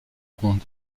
ronde